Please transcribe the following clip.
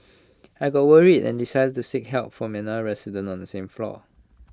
I got worried and decided to seek help from another resident on the same floor